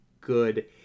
good